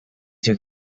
too